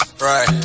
Right